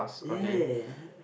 ya